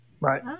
Right